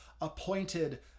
appointed